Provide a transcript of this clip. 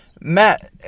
Matt